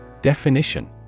Definition